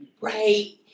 right